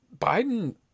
Biden